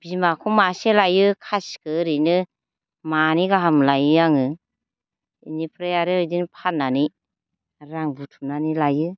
बिमाखौ मासे लायो खासिखो ओरैनो मानै गाहाम लायो आङो इनिफ्राय आरो बिदिनो फाननानै रां बुथुमनानै लायो